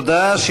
תודה.